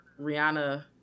Rihanna